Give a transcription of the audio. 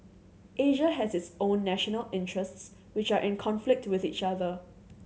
Asia has its own national interests which are in conflict with each other